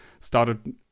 started